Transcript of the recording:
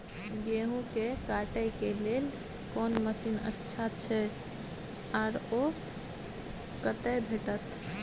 गेहूं के काटे के लेल कोन मसीन अच्छा छै आर ओ कतय भेटत?